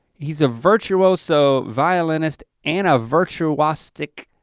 he's a virtuoso violinist and a virtuostic,